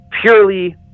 purely